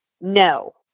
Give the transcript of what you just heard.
No